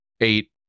eight